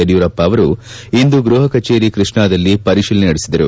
ಯಡಿಯೂರಪ್ಪ ಅವರು ಇಂದು ಗೃಪ ಕಚೇರಿ ಕೃಷ್ಣಾದಲ್ಲಿ ಪರಿತೀಲನೆ ನಡೆಸಿದರು